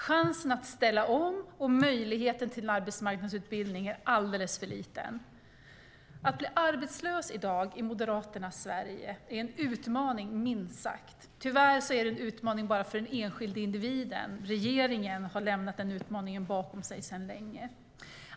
Chansen att ställa om och möjligheterna till en arbetsmarknadsutbildning är alldeles för små. Att bli arbetslös i dag i Moderaternas Sverige är minst sagt en utmaning. Tyvärr är det en utmaning bara för den enskilde individen. Regeringen har lämnat den utmaningen bakom sig för länge sedan.